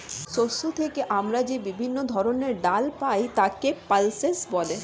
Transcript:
শস্য থেকে আমরা যে বিভিন্ন ধরনের ডাল পাই তাকে পালসেস বলে